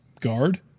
guard